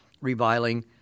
reviling